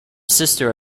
sister